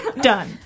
Done